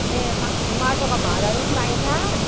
ए फा माटोको भाडाहरू पनि पाइन्छ